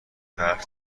برف